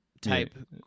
type